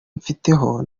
mbifiteho